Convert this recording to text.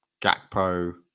Gakpo